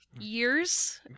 years